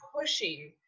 pushing